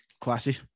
Classy